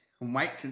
Mike